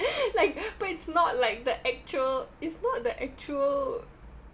like but it's not like the actual it's not the actual